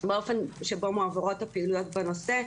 באופן שבו מועברות הפעילויות בנושא.